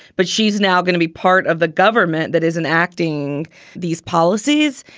but she's now going to be part of the government that is an acting these policies.